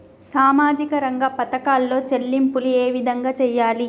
సామాజిక రంగ పథకాలలో చెల్లింపులు ఏ విధంగా చేయాలి?